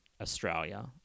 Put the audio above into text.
Australia